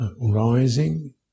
rising